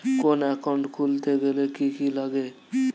কোন একাউন্ট খুলতে গেলে কি কি লাগে?